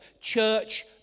Church